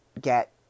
get